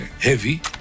heavy